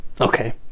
okay